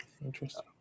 Interesting